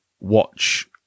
watch